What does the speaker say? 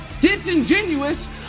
disingenuous